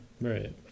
Right